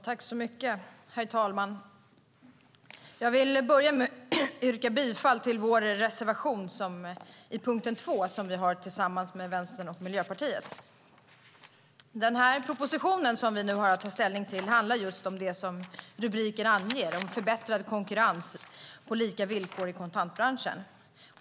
Herr talman! Jag vill börja med att yrka bifall till reservationen i punkt 2 som vi har tillsammans med Vänstern och Miljöpartiet. Den här propositionen som vi nu har att ta ställning till handlar just om det som rubriken anger, det vill säga förbättrad konkurrens på lika villkor i kontantbranschen.